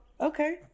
okay